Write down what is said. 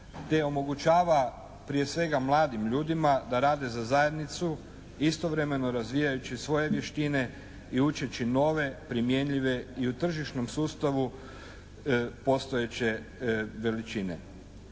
te omogućava prije svega mladim ljudima da rade za zajednicu istovremeno razvijajući svoje vještine i učeći nove primjenjive i u tržišnom sustavu postojeće veličine.